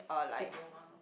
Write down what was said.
diploma